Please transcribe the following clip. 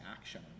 action